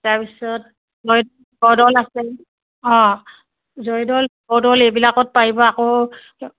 তাৰপিছত আছে অঁ জয়দৌল শিৱদৌল এইবিলাকত পাৰিব আকৌ